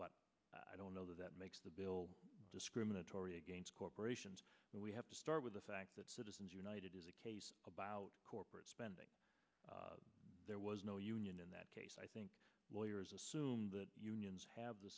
but i don't know that that makes the bill discriminatory against corporations we have to start with the fact that citizens united is a case about corporate spending there was no union in that case i think lawyers assume that unions have the